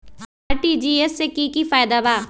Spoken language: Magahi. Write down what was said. आर.टी.जी.एस से की की फायदा बा?